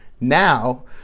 now